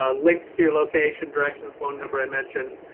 ah links to your location directions phone number i mentioned.